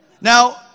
Now